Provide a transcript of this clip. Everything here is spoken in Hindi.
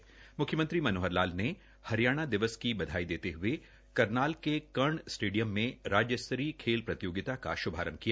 म्ख्यमंत्री मनोहर लाल ने हरियाणा दिवस की बधाई देते हये करनाल में कर्ण स्टेडियम में राज्य स्तरीय खेल प्रतियोगिता पर श्भारंभ किया